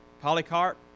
polycarp